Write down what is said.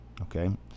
okay